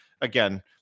again